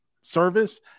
service